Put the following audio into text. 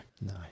no